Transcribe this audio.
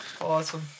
Awesome